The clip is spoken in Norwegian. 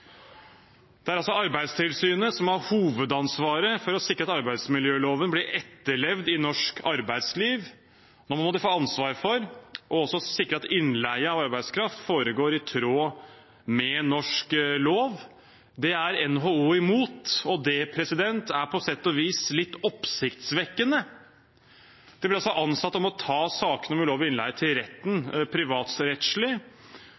Dette skjer altså etter at Stortinget har vedtatt innstramninger i innleiebestemmelsene, og det kommer på toppen av de andre problemene og lovbruddene som vi vet preger bemanningsbransjen fra før av. Det er Arbeidstilsynet som har hovedansvaret for å sikre at arbeidsmiljøloven blir etterlevd i norsk arbeidsliv. Nå må de få ansvar for også å sikre at innleie av arbeidskraft foregår i tråd med norsk lov. Det er NHO imot, og det er på sett og